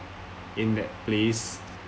in that place